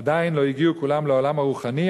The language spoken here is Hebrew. עדיין לא הגיעו כולם לעולם הרוחני,